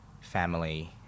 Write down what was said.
family